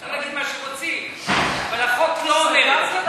אפשר להגיד מה שרוצים, אבל החוק לא אומר את זה.